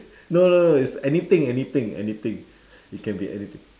no no no is anything anything anything it can be anything